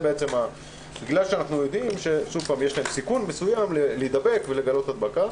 בגלל שאנחנו יודעים שיש להם סיכון מסוים להידבק ולגלות הדבקה